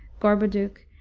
gorboduc,